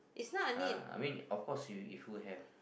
uh I mean of course you if could have